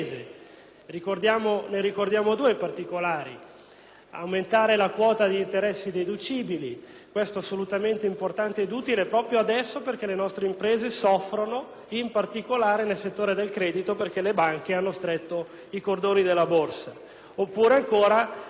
aumentare la quota di interessi deducibili, assolutamente importante ed utile adesso perché le nostre imprese soffrono in particolare nel settore del credito visto che le banche hanno stretto i cordoni della borsa; rimettere la possibilità degli ammortamenti anticipati,